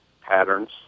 patterns